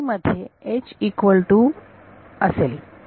b मध्ये equal to असेल